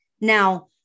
now